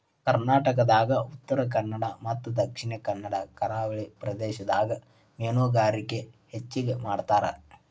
ಕರ್ನಾಟಕದಾಗ ಉತ್ತರಕನ್ನಡ ಮತ್ತ ದಕ್ಷಿಣ ಕನ್ನಡ ಕರಾವಳಿ ಪ್ರದೇಶದಾಗ ಮೇನುಗಾರಿಕೆ ಹೆಚಗಿ ಮಾಡ್ತಾರ